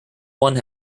one